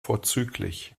vorzüglich